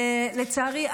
לצערי,